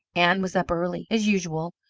ann was up early, as usual,